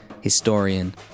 historian